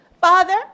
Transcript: Father